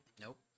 Nope